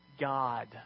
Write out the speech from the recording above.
God